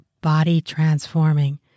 body-transforming